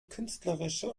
künstlerische